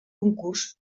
concurs